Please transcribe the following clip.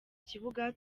kibuga